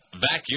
vacuum